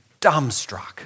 dumbstruck